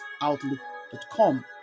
outlook.com